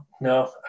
no